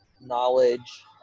knowledge